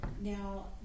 Now